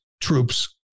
troops